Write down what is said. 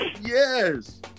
yes